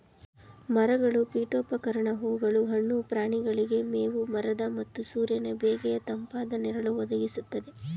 ಮರಗಳು ಪೀಠೋಪಕರಣ ಹೂಗಳು ಹಣ್ಣು ಪ್ರಾಣಿಗಳಿಗೆ ಮೇವು ಮರದ ಮತ್ತು ಸೂರ್ಯನ ಬೇಗೆಯ ತಂಪಾದ ನೆರಳು ಒದಗಿಸ್ತದೆ